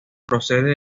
procede